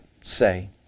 say